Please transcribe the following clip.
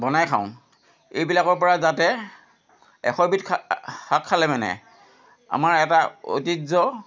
বনাই খাওঁ এইবিলাকৰ পৰা যাতে এশ এবিধ শাক খালে মানে আমাৰ এটা ঐতিহ্য